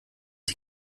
die